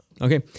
Okay